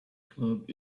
club